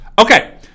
Okay